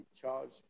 charged